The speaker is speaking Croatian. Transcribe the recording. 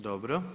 Dobro.